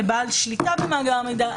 ל"בעל שליטה במאגר מידע",